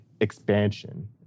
expansion